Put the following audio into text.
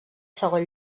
segon